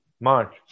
March